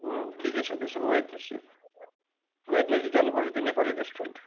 ठिकै छ त्यसो भए वेडन्सडे वेडन्सडे जानुपर्छ त्यो नेपाली रेस्टुरेन्ट